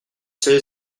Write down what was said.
sais